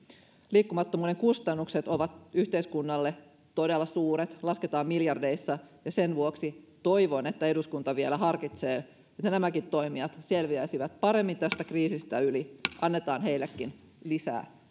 liikkumattomuuden kustannukset ovat yhteiskunnalle todella suuret lasketaan miljardeissa ja sen vuoksi toivon että eduskunta vielä harkitsee että nämäkin toimijat selviäisivät paremmin tästä kriisistä yli annetaan heillekin lisää